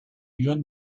yön